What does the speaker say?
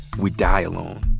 we die alone.